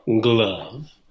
glove